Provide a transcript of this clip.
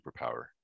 superpower